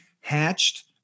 hatched